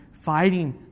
fighting